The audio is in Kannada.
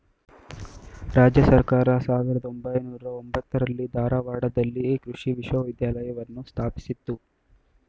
ರಾಜ್ಯ ಸರ್ಕಾರ ಸಾವಿರ್ದ ಒಂಬೈನೂರ ಎಂಬತ್ತಾರರಲ್ಲಿ ಧಾರವಾಡದಲ್ಲಿ ಕೃಷಿ ವಿಶ್ವವಿದ್ಯಾಲಯವನ್ನು ಸ್ಥಾಪಿಸಿತು